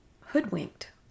hoodwinked